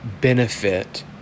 benefit